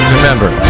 Remember